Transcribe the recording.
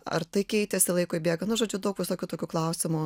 ar tai keitėsi laikui bėgant nu žodžiu daug visokių tokių klausimų